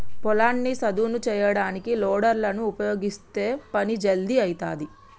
పొలాన్ని సదును చేయడానికి లోడర్ లను ఉపయీగిస్తే పని జల్దీ అయితది